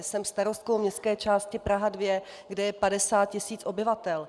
Jsem starostkou městské části Praha 2, kde je 50 tis. obyvatel.